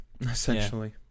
essentially